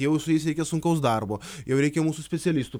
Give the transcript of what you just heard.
jau su jais reikia sunkaus darbo jau reikia mūsų specialistų